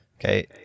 Okay